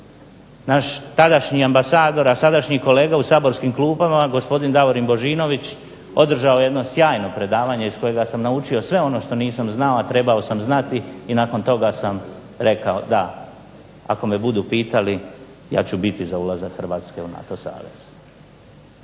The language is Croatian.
Naš tadašnji ambasador, a sadašnji kolega u saborskim klupama gospodin Davorin Božinović održao je jedno sjajno predavanje iz kojega sam naučio sve ono što nisam znao, a trebao sam znati i nakon toga sam rekao da ako me budu pitali ja ću biti za ulazak Hrvatske u NATO savez.